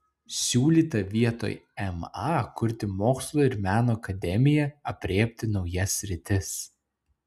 siūlyta vietoj ma kurti mokslo ir meno akademiją aprėpti naujas sritis